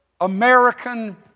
American